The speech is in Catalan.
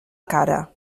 cara